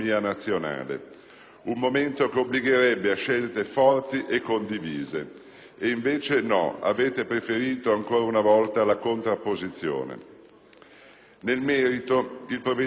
un momento che obbligherebbe a scelte forti e condivise. E invece no, avete preferito, ancora una volta, la contrapposizione. Nel merito, il provvedimento in esame